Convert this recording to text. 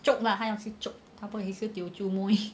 chok lah 他要吃 chok 他不可以吃 teochew mui